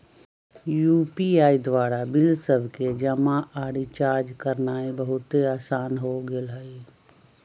UPI द्वारा bill सभके जमा आऽ रिचार्ज करनाइ बहुते असान हो गेल हइ